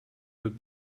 would